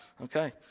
Okay